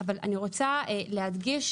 אני רוצה להדגיש,